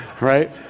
right